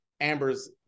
Amber's